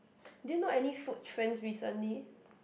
do you know any food trends recently